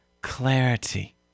clarity